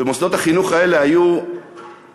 ומוסדות החינוך האלה היו מגוונים,